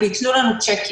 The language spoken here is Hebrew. ביטלו לנו צ'קים.